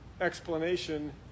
explanation